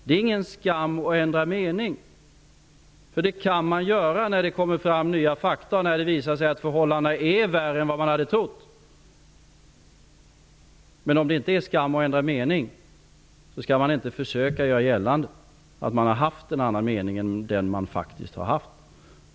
Det är ingen skam att ändra mening, för det kan man göra när det kommer fram nya fakta och det visar sig att förhållandena är värre än vad man hade trott. Men om det inte är skam att ändra mening, skall man inte försöka att göra gällande att man har haft en annan mening än den man faktiskt har haft.